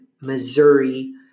Missouri